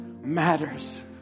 matters